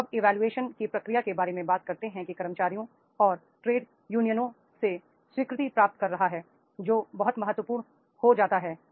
job evolution की प्रक्रिया के बारे में बात करते हैं कि कर्मचारियों और ट्रेड यूनियनों से स्वीकृति प्राप्त कर रहा है जो बहुत महत्वपूर्ण हो जाता है